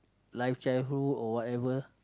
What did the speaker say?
life childhood or whatever